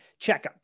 checkups